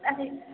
अच्छा ठीक छै